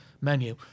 menu